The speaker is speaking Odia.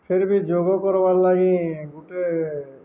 ଫେର୍ ବି ଯୋଗ କର୍ବାର୍ ଲାଗି ଗୁଟେ